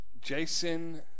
Jason